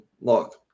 look